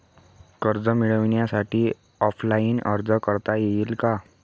कर्ज मिळण्यासाठी ऑफलाईन अर्ज करता येईल का?